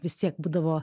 vis tiek būdavo